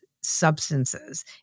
substances